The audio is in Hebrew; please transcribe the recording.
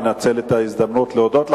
אנצל את ההזדמנות להודות לך,